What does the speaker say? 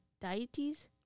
deities